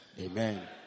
Amen